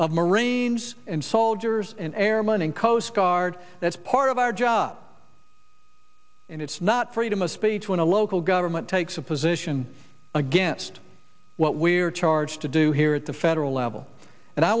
of marines and soldiers and airmen and coast guard that's part of our job and it's not freedom of speech when a local government takes a position against what we are charged to do here at the federal level and i